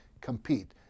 compete